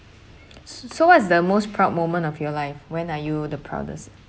s~ so what's the most proud moment of your life when are you the proudest